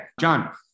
John